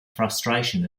frustration